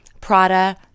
Prada